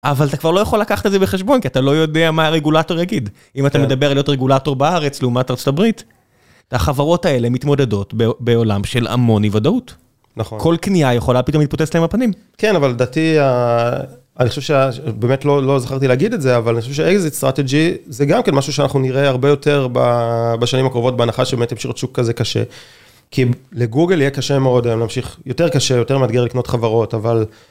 אבל אתה כבר לא יכול לקחת את זה בחשבון, כי אתה לא יודע מה הרגולטור יגיד. אם אתה מדבר על היות רגולטור בארץ לעומת ארצות הברית, החברות האלה מתמודדות בעולם של המון אי וודאות. נכון. כל קנייה יכולה פתאום להתפוצץ להם בפנים. כן, אבל לדעתי, אני חושב שבאמת לא זכרתי להגיד את זה, אבל אני חושב ש-exit strategy זה גם כן משהו שאנחנו נראה הרבה יותר בשנים הקרובות, בהנחה שבאמת הם שירות שוק כזה קשה. כי לגוגל יהיה קשה מאוד היום להמשיך, יותר קשה, יותר מאתגר לקנות חברות, אבל...